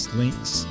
links